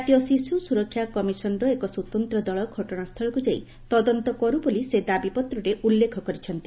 ଜାତୀୟ ଶିଶୁ ସୁରକ୍ଷା କମିସନର ଏକ ସ୍ୱତନ୍ତ ଦଳ ଘଟଣାସୁଳକୁ ଯାଇ ତଦନ୍ତ କରୁ ବୋଲି ସେ ଦାବିପତ୍ରରେ ଉଲ୍ଲେଖ କରିଛନ୍ତି